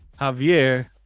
Javier